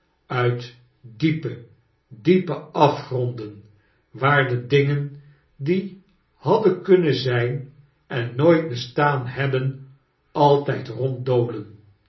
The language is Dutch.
uit diepe diepe afgronden waar de dingen die hadden kunnen zijn en nooit bestaan hebben